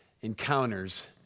encounters